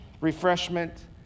refreshment